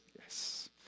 Yes